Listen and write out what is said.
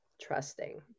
Trusting